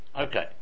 okay